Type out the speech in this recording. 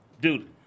dude